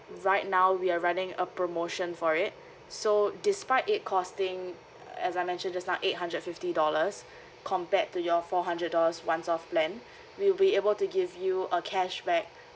right now we are running a promotion for it so despite it costing as I mentioned just now eight hundred fifty dollars compared to your four hundred dollars one off plan we'll be able to give you a cashback